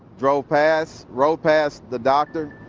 drove past, rode past the doctor,